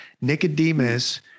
Nicodemus